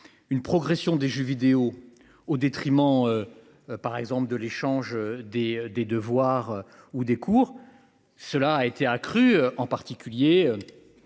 une progression des jeux vidéo au détriment. Par exemple, de l'échange des des devoirs ou des cours. Cela a été accrue en particulier.